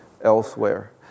elsewhere